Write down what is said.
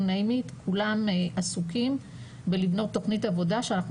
כולם עסוקים בלבנות תוכנית עבודה שאנחנו